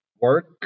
work